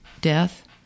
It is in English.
death